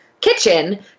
kitchen